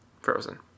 Frozen